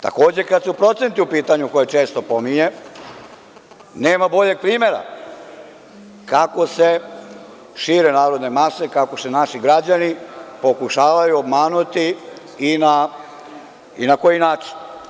Takođe, kad su procenti u pitanju, koje često pominje, nema boljeg primera kako se šire narodne mase, kako se naši građani pokušavaju obmanuti i na koji način.